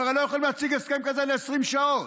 הם הרי לא יכולים להציג הסכם כזה ל-20 שעות,